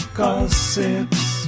gossips